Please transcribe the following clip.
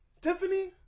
Tiffany